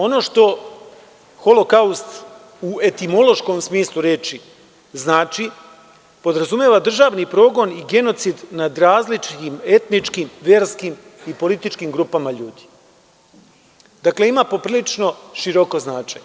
Ono što holokaust u etimološkom smislu reči znači, podrazumeva državni progon i genocid nad različitim etničkim, verskim i političkim grupama ljudi, dakle ima poprilično široko značenje.